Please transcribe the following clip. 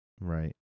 Right